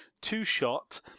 two-shot